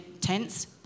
tents